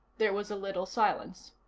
there was a little silence.